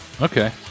okay